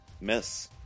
Miss